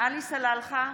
עלי סלאלחה,